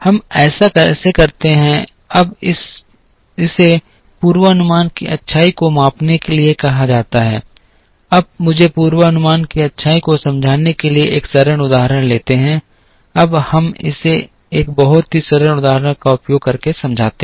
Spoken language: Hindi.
हम ऐसा कैसे करते हैं अब इसे पूर्वानुमान की अच्छाई को मापने के लिए कहा जाता है अब मुझे पूर्वानुमान की अच्छाई को समझाने के लिए एक सरल उदाहरण लेते हैं अब हम इसे एक बहुत ही सरल उदाहरण का उपयोग करके समझाते हैं